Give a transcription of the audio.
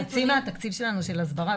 חצי מהתקציב שלנו של הסברה,